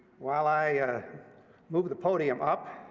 while i move the podium up,